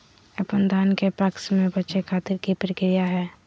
अपन धान के पैक्स मैं बेचे खातिर की प्रक्रिया हय?